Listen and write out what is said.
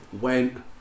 Went